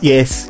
Yes